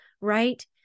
right